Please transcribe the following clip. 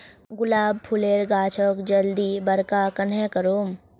गुलाब फूलेर गाछोक जल्दी बड़का कन्हे करूम?